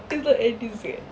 it's like a dessert